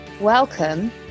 Welcome